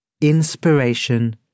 Inspiration